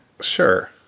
Sure